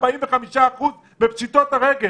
על מנת --- אבל אתם לא קובעים כלום.